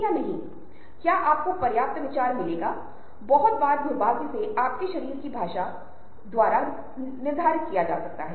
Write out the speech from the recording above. और दिन के अंत में और प्रक्रिया के अंत में विशेष मशीन के दूसरी तरफ से एक बड़ा हवाई जहाज निकलता है